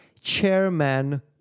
chairman